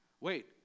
wait